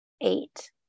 eight